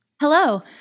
Hello